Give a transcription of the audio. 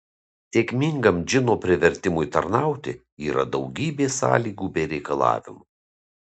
sėkmingam džino privertimui tarnauti yra daugybė sąlygų bei reikalavimų